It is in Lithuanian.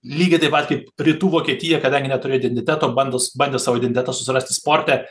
lygiai taip pat kaip rytų vokietija kadangi neturi identiteto bandos bandė savo identitetą susirasti sporte